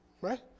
right